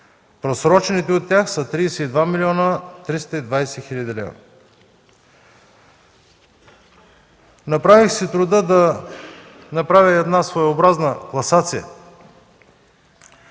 просрочените от тях са 32 млн. 320 хил. лв. Направих си труда да направя и една своеобразна класация.